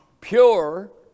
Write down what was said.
pure